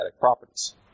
properties